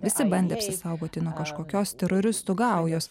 visi bandė apsisaugoti nuo kažkokios teroristų gaujos